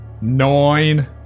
Nine